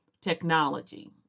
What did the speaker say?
technology